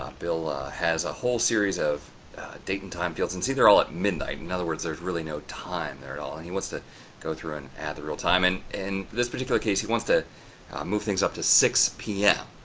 bill has a whole series of date and time fields. and see they're all at midnight in other words there's really no time there at all. he wants to go through and add the real time and in this particular case he wants to move things up to six pm.